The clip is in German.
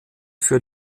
für